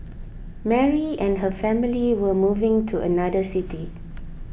Mary and her family were moving to another city